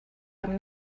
i’m